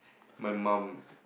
my mum